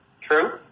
True